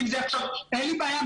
אין לי בעיה.